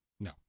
No